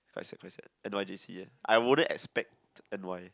paiseh paiseh n_y_j_c ah I wouldn't expect n_y